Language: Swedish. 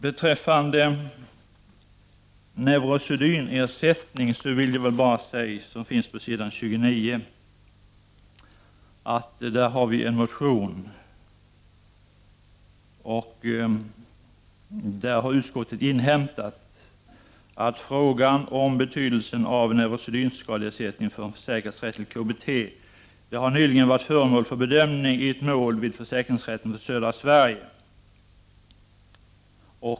Beträffande ersättningen till neurosedynskadade, som behandlas på s. 29 i betänkandet, vill jag bara säga att utskottet har inhämtat att frågan om betydelsen av neurosedynskadeersättning för en försäkrads rätt till KBT nyligen varit föremål för bedömning i ett mål vid försäkringsrätten för Södra Sverige.